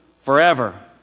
forever